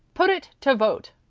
put it to vote,